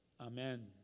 Amen